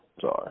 Sorry